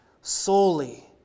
solely